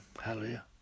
Hallelujah